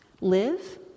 Live